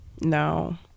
no